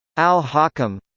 al hakum